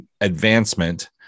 advancement